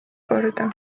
korda